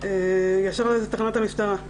ישר לתחנת המשטרה.